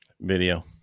Video